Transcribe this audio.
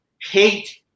hate